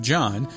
John